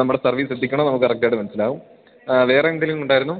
നമ്മുടെ സർവീസെത്തിക്കണമോ നമ കറക്റ്റായിട്ട് മനസ്സിലാകും വേറെ എന്തേലും ഉണ്ടായിരുന്നു